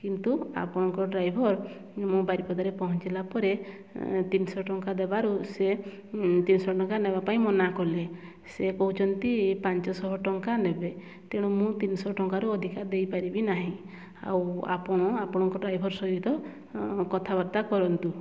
କିନ୍ତୁ ଆପଣଙ୍କ ଡ୍ରାଇଭର ମୁଁ ବାରିପଦାରେ ପହଞ୍ଚିଲା ପରେ ତିନି ଶହ ଟଙ୍କା ଦେବାରୁ ସିଏ ତିନି ଶହ ଟଙ୍କା ନେବା ପାଇଁ ମନା କଲେ ସେ କହୁଛନ୍ତି ପାଞ୍ଚ ଶହ ଟଙ୍କା ନେବେ ତେଣୁ ମୁଁ ତିନି ଶହ ଟଙ୍କାରୁ ଅଧିକ ଦେଇ ପାରିବି ନାହିଁ ଆଉ ଆପଣ ଆପଣଙ୍କ ଡ୍ରାଇଭର ସହିତ କଥାବାର୍ତ୍ତା କରନ୍ତୁ